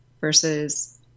versus